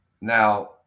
Now